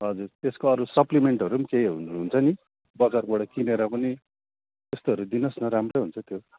हजुर त्यसको अब अरू सप्लिमेन्टहरू पनि केही हुन्छ नि बजारबाट किनेर पनि त्यस्तोहरू दिनुहोस् न राम्रै हुन्छ त्यो